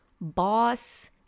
boss